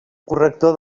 corrector